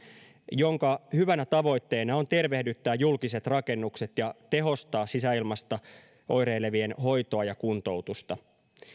jonka hyvänä tavoitteena on tervehdyttää julkiset rakennukset ja tehostaa sisäilmasta oireilevien hoitoa ja kuntoutusta